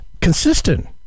consistent